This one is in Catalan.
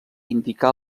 indicar